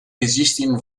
besichtigen